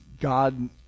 God